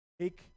take